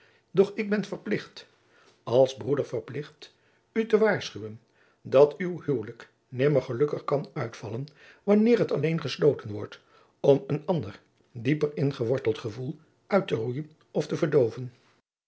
doch ik ben verplicht als broeder verplicht u te waarschuwen dat uw huwelijk nimmer gelukkig kan uitvallen wanneer het alleen gesloten wordt om een ander dieper ingeworteld gevoel uitteroeien of te verdoven